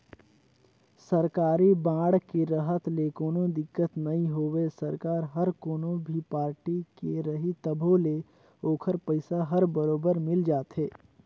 सरकारी बांड के रहत ले कोनो दिक्कत नई होवे सरकार हर कोनो भी पारटी के रही तभो ले ओखर पइसा हर बरोबर मिल जाथे